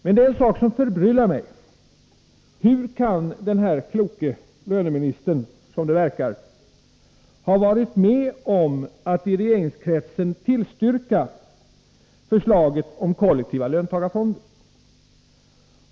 Men en sak förbryllar mig: Hur kan denne som det verkar kloka löneminister ha varit med om att i regeringskretsen tillstyrka förslaget om kollektiva löntagarfonder?